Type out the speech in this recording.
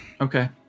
Okay